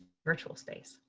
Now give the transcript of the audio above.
virtual space?